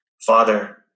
Father